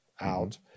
out